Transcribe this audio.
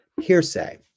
Hearsay